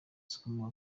zikomeye